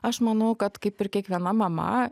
aš manau kad kaip ir kiekviena mama